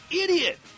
idiot